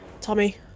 Tommy